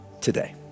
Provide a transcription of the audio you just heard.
today